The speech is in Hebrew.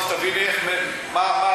רק שתביני מה הראש.